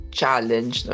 challenge